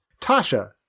Tasha